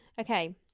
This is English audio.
Okay